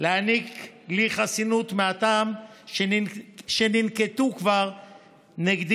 להעניק לי חסינות מהטעם שכבר ננקטו נגדי